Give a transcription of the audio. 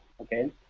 okay